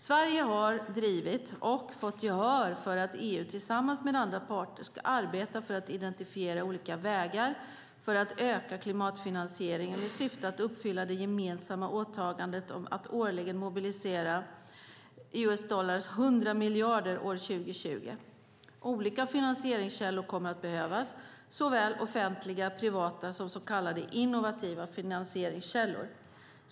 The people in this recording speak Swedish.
Sverige har drivit och fått gehör för att EU tillsammans med andra parter ska arbeta för att identifiera olika vägar för att öka klimatfinansieringen, med syfte att uppfylla det gemensamma åtagandet om att årligen mobilisera 100 miljarder USD år 2020. Olika finansieringskällor kommer att behövas, såväl offentliga och privata som så kallade innovativa finansieringskällor.